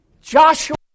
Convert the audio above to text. Joshua